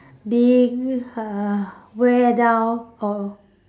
being uh wear down or